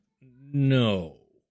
no